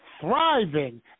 thriving